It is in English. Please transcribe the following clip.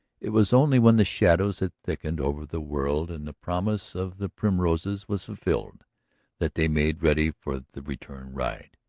it was only when the shadows had thickened over the world and the promise of the primroses was fulfilled that they made ready for the return ride.